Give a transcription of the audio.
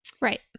Right